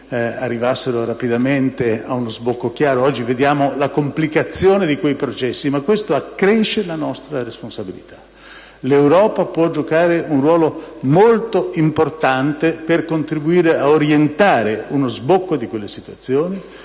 arrivassero rapidamente ad uno sbocco chiaro. Oggi vediamo la complicazione di quei processi. Ma questo accresce la nostra responsabilità. L'Europa può giocare un ruolo molto importante per contribuire ad orientare verso uno sbocco di quelle situazioni,